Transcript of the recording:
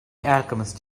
alchemist